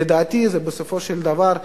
לדעתי זה בסופו של דבר עניין,